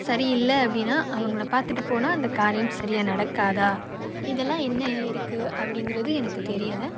சரி இல்லை அப்டின்னா அவங்கள பார்த்துட்டு போனால் அந்த காரியம் சரியா நடக்காதா இதெல்லாம் என்ன இருக்குது அப்படிங்கிறது எனக்கு தெரியலை